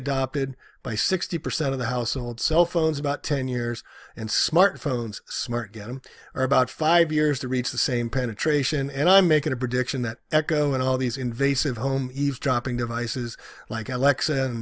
adopted by sixty percent of the household cellphones about ten years and smart phones smart get them or about five years to reach the same penetration and i'm making a prediction that echo and all these invasive home eavesdropping devices like